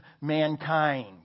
mankind